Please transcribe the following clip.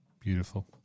beautiful